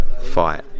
fight